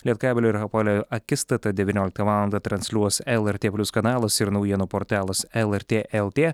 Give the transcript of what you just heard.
lietkabelio ir hapoelio akistatą devynioliktą valandą transliuos lrt plius kanalas ir naujienų portalas lrt lt